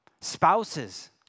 Spouses